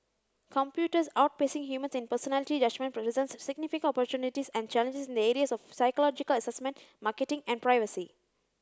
computers outpacing humans in personality judgement presents significant opportunities and challenges in the areas of psychological assessment marketing and privacy